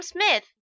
Smith